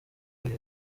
yari